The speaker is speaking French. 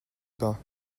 pain